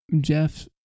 Jeff